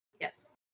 Yes